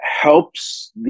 helps